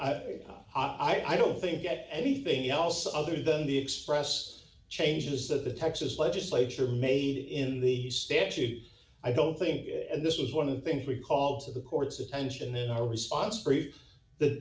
no i don't think anything else other than the express changes that the texas legislature made in the statute i don't think and this was one of the things we call to the court's attention in our response brief that